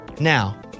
Now